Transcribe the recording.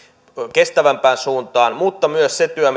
kestävämpään suuntaan mutta myös se työ